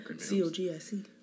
C-O-G-I-C